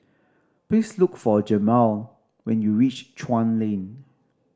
please look for Jemal when you reach Chuan Lane